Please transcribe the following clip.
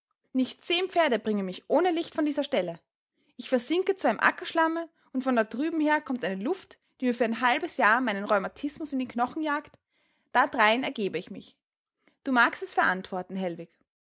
nicht zehn pferde bringen mich ohne licht von dieser stelle ich versinke zwar im ackerschlamme und von da drüben her kommt eine luft die mir für ein halbes jahr meinen rheumatismus in die knochen jagt da drein ergebe ich mich du magst es verantworten hellwig